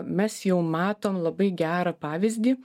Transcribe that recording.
mes jau matom labai gerą pavyzdį